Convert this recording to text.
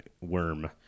worm